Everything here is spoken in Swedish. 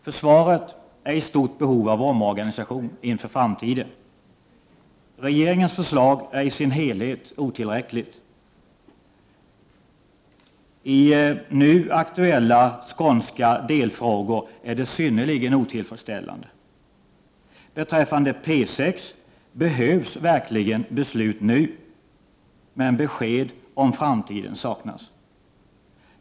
Försvaret är i stort behov av omorganisation inför framtiden. Regeringens förslag är i sin helhet otillräckligt. I nu aktuella delfrågor är det synnerligen otillfredsställande. Beträffande P6 behövs verkligen beslut nu, men besked om framtiden saknas.